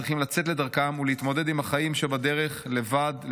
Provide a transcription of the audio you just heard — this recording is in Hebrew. צריכים לצאת לדרכם ולהתמודד עם החיים שבדרך לבד,